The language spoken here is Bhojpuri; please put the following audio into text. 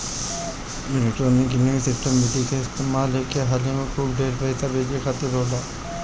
इलेक्ट्रोनिक क्लीयरिंग सिस्टम विधि के इस्तेमाल एक हाली में खूब ढेर पईसा भेजे खातिर होला